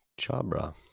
Chabra